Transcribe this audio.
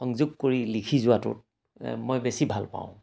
সংযোগ কৰি লিখি যোৱাটোত মই বেছি ভাল পাওঁ